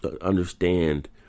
understand